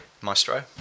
maestro